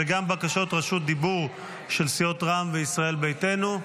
וגם בקשות רשות דיבור של סיעות רע"מ וישראל ביתנו.